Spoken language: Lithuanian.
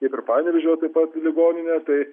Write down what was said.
kaip ir panevėžio taip pat ligoninė tai